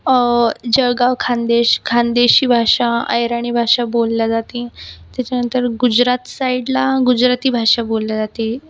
जळगाव खानदेश खानदेशी भाषा अहिरणी भाषा बोलल्या जाती त्याच्यानंतर गुजरात साईडला गुजराती भाषा बोलल्या जाती